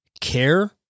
care